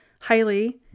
highly